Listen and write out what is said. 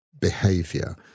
behavior